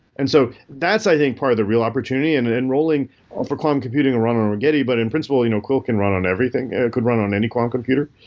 and so that's, i think, part of the real opportunity. and and enrolling ah for quantum computing to run on rigetti. but in principle, you know quil can run on everything. it could run on any quantum computer.